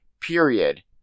period